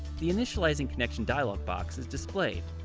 the initializing connection dialog box is displayed.